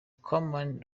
common